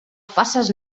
faces